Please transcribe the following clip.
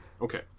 Okay